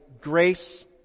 grace